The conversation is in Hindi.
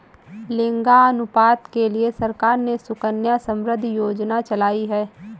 लिंगानुपात के लिए सरकार ने सुकन्या समृद्धि योजना चलाई है